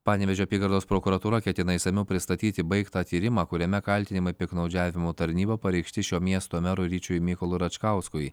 panevėžio apygardos prokuratūra ketina išsamiau pristatyti baigtą tyrimą kuriame kaltinimai piktnaudžiavimu tarnyba pareikšti šio miesto merui ryčiui mykolui račkauskui